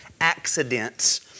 accidents